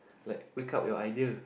like wake up your idea